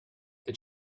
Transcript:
did